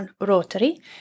Rotary